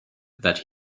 that